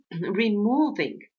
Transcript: removing